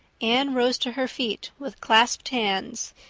anne rose to her feet, with clasped hands,